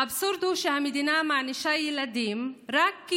האבסורד הוא שהמדינה מענישה ילדים רק כי